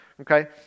okay